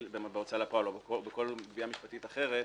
בהוצאה לפועל או בכל גבייה משפטית אחרת,